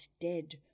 dead